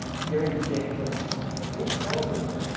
gary jenkins was doing television,